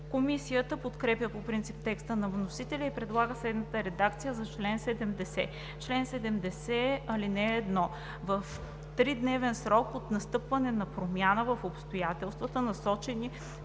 Комисията подкрепя по принцип текста на вносителя и предлага следната редакция на чл. 70: „Чл. 70. (1) В тридневен срок от настъпване на промяна в обстоятелствата, посочени